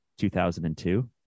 2002